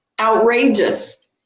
outrageous